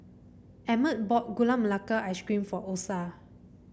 Emmett bought Gula Melaka Ice Cream for Osa